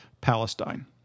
Palestine